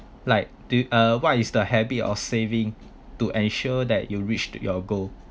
like to uh what is the habit of saving to ensure that you reach your goal